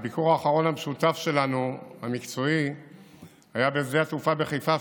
הביקור המקצועי האחרון המשותף שלנו היה בשדה התעופה בחיפה,